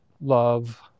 Love